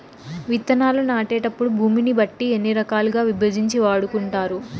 విత్తనాలు నాటేటప్పుడు భూమిని బట్టి ఎన్ని రకాలుగా విభజించి వాడుకుంటారు?